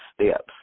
steps